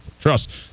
Trust